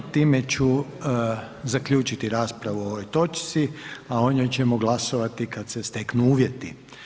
I time ću zaključiti raspravu o ovoj točci, a o njoj ćemo glasovati kad se steknu uvjeti.